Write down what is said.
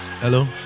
Hello